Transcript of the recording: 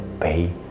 pay